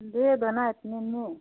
दे दो ना इतने में